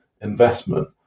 investment